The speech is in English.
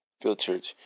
filtered